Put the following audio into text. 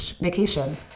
vacation